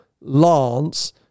Lance